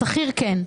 שכיר כן.